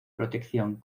protección